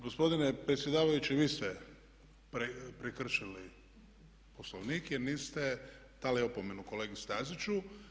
Gospodine predsjedavajući vi ste prekršili Poslovnik jer niste dali opomenu kolegi Staziću.